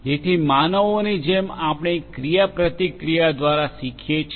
જેથી માનવોની જેમ આપણે ક્રિયાપ્રતિક્રિયા દ્વારા શીખીએ છીએ